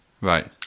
Right